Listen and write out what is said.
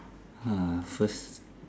ha first